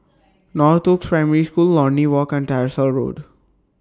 Northoaks Primary School Lornie Walk and Tyersall Road